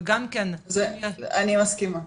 וגם כן, אני מסכימה.